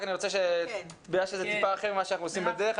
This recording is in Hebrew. רק בגלל שזה טיפה אחרת ממה שאנחנו עושים בדרך כלל,